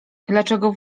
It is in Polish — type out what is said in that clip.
dlaczego